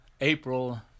April